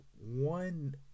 one